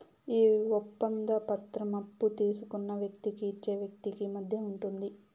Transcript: ఈ ఒప్పంద పత్రం అప్పు తీసుకున్న వ్యక్తికి ఇచ్చే వ్యక్తికి మధ్య ఉంటుంది